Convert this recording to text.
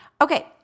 Okay